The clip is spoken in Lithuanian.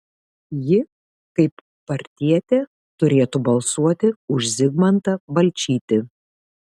ji kaip partietė turėtų balsuoti už zigmantą balčytį